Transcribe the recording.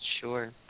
Sure